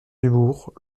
dubourg